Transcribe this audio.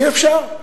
אי-אפשר.